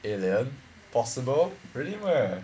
alien possible really meh